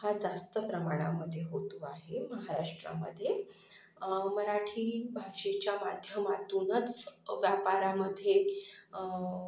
हा जास्त प्रमाणामधे होतो आहे महाराष्ट्रामध्ये मराठी भाषेच्या माध्यमातूनच व्यापारामध्ये